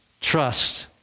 trust